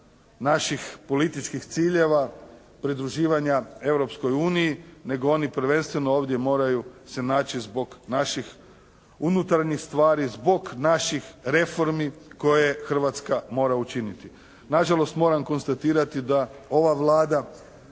naših političkih ciljeva pridruživanja Europskoj uniji nego oni prvenstveno ovdje moraju se naći zbog naših unutarnjih stvari, zbog naših reformi koje Hrvatska mora učiniti. Nažalost, moram konstatirati da ova Vlada